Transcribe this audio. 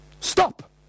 Stop